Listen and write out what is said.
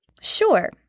Sure